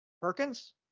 Perkins